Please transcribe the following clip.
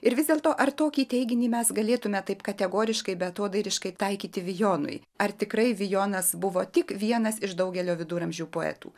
ir vis dėlto ar tokį teiginį mes galėtume taip kategoriškai beatodairiškai taikyti vijonui ar tikrai vijonas buvo tik vienas iš daugelio viduramžių poetų